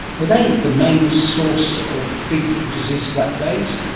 were they the main source of big diseases like plagues?